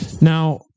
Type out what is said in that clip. Now